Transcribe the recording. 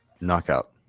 knockout